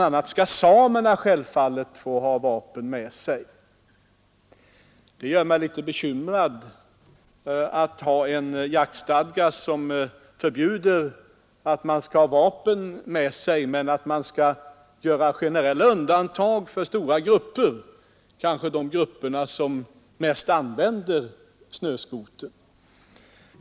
a. skulle samerna självfallet få ha vapen med sig. Det gör mig litet bekymrad att vi skall ha en jaktstadga som förbjuder vapeninnehav vid färd med snöskoter men påbjuder generella undantag för stora grupper, kanske för dem som mest använder snöskoter.